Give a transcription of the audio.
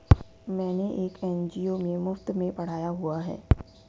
मैंने एक एन.जी.ओ में मुफ़्त में पढ़ाया हुआ है